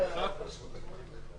1 אושר אחד בעד ואחד נמנע.